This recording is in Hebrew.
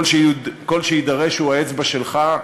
כל שיידרש הוא האצבע שלך,